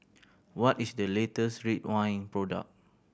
what is the latest Ridwind product